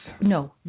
No